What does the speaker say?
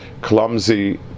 clumsy